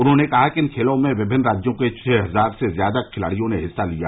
उन्होंने कहा कि इन खेलों में विभिन्न राज्यों के छह हजार से ज्यादा खिलाड़ियों ने हिस्सा लिया